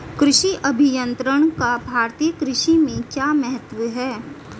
कृषि अभियंत्रण का भारतीय कृषि में क्या महत्व है?